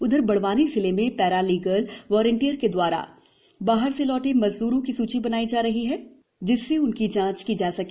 उधर बड़ावानी जिले में पैरालीगर वॉलिंटियर के द्वारा बाहर से लौटे मजदूरों की सूची बनाई जा रही है जिससे उनकी जांच की जा सके